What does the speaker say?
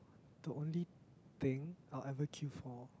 the only thing I will ever queue for